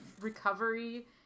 recovery